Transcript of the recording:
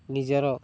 ନିଜର